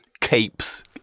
capes